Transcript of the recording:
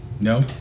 No